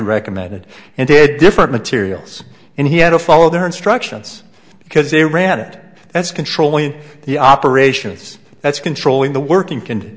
recommended and did different materials and he had to follow their instructions because they ran and that's controlling the operations that's controlling the working c